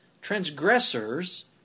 Transgressors